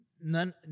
none